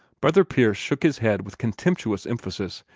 brother pierce shook his head with contemptuous emphasis.